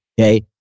Okay